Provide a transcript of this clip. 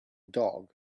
dog